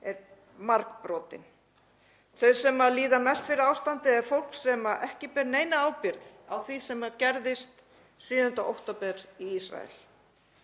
er margbrotinn. Þau sem líða mest fyrir ástandið er fólk sem ekki ber neina ábyrgð á því sem gerðist 7. október í Ísrael.